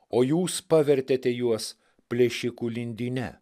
o jūs pavertėte juos plėšikų lindyne